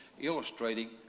illustrating